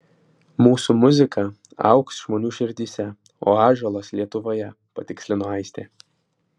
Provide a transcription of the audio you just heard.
mūsų muzika augs žmonių širdyse o ąžuolas lietuvoje patikslino aistė